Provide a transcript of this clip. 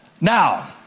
Now